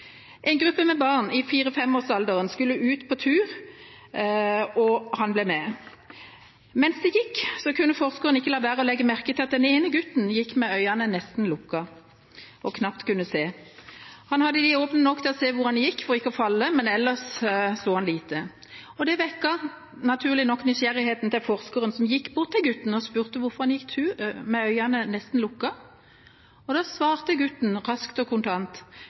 En gruppe med barn i fire–fem-årsalderen skulle ut på tur, og han ble med. Mens de gikk, kunne forskeren ikke la være å legge merke til at den ene gutten gikk med øynene nesten lukket og kunne knapt se. Han hadde dem åpne nok til å se hvor han gikk for ikke å falle, men ellers så han lite. Dette vekket naturlig nok nysgjerrigheten til forskeren som gikk bort til gutten og spurte hvorfor han gikk tur med øynene nesten lukket. Da svarte gutten raskt og kontant: